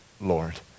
Lord